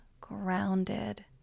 grounded